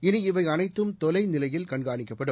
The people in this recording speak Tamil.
இனி இவையனைத்தும் தொலைநிலையில் கண்காணிக்கப்படும்